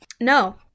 no